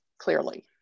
clearly